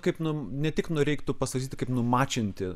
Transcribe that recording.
kaip nu ne tik nu reiktų pasakyti kaip numačinti